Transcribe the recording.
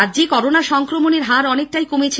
রাজ্যে করোনা সংক্রমণের হার অনেকটাই কমেছে